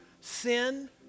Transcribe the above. sin